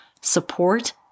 support